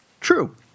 True